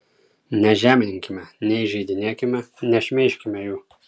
nežeminkime neįžeidinėkime nešmeižkime jų